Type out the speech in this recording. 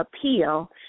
appeal